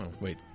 Wait